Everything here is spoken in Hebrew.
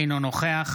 אינו נוכח